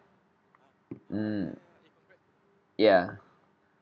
mm ya